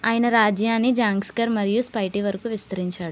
ఆయన రాజ్యాన్ని జంస్కార్ మరియు స్పితి వరకు విస్తరింపజేశాడు